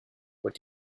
what